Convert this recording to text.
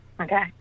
Okay